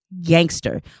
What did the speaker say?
gangster